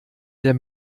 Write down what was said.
der